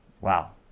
Wow